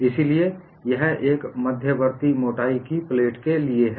इसलिए यह एक मध्यवर्ती मोटाई की प्लेट के लिए है